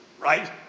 right